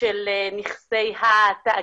של נכסי התאגיל,